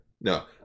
No